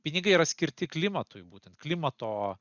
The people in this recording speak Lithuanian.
pinigai yra skirti klimatui būtent klimato